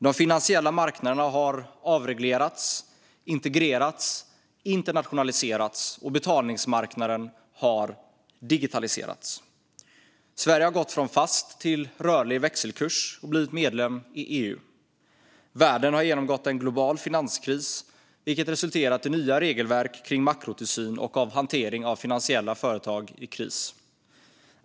De finansiella marknaderna har avreglerats, integrerats och internationaliserats, och betalningsmarknaden har digitaliserats. Sverige har gått från fast till rörlig växelkurs och blivit medlem i EU. Världen har genomgått en global finanskris, vilket har resulterat i nya regelverk kring makrotillsyn och för hantering av finansiella företag i kris.